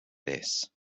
this